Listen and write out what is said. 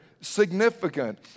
significant